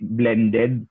blended